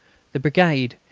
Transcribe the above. the brigade,